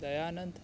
Dayanand